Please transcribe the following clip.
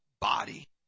body